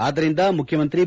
ಆದ್ದರಿಂದ ಮುಖ್ಯಮಂತ್ರಿ ಬಿ